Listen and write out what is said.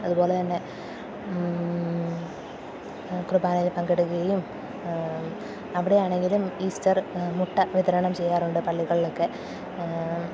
അതുപോലെ തന്നെ കുർബാനയില് പങ്കെടുക്കുകയും എവിടെയാണെങ്കിലും ഈസ്റ്റർ മുട്ട വിതരണം ചെയ്യാറുണ്ട് പള്ളികളിലൊക്കെ